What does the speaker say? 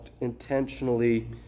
intentionally